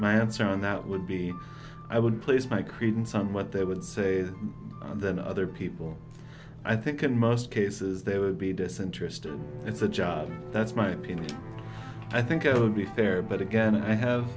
my answer and that would be i would place my credence somewhat they would say and then other people i think in most cases they would be disinterested it's a job that's my opinion i think i will be fair but again i have